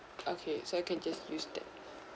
okay so I can just use that